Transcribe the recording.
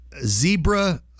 Zebra